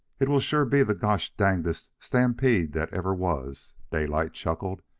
it will sure be the gosh-dangdest stampede that ever was, daylight chuckled,